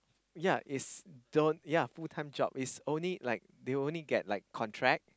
yea is don't yea full time job is only like they only get like contract